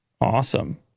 awesome